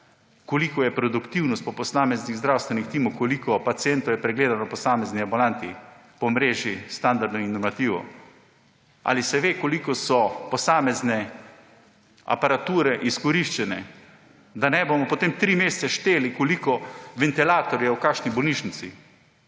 kolikšna je produktivnost posameznih zdravstvenih timov, koliko pacientov je pregledano v posamezni ambulanti po mreži standardov normativov? Ali se ve, koliko so posamezne aparature izkoriščene, da ne bomo potem tri mesece šteli, koliko ventilatorjev je v kakšni bolnišnici?